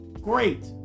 great